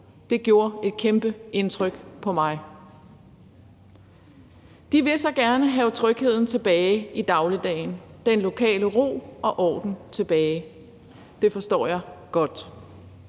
Det gjorde et kæmpe indtryk på mig. De vil så gerne have trygheden tilbage i dagligdagen og den lokale ro og orden tilbage. Det forstår jeg godt.